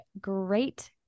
great